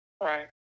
Right